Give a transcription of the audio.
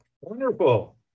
Wonderful